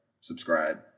subscribe